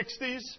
1960s